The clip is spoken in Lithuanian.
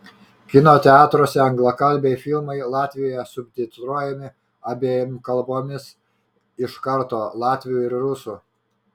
kino teatruose anglakalbiai filmai latvijoje subtitruojami abiem kalbomis iš karto latvių ir rusų